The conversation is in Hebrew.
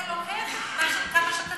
מה זה "מה זה קשור"?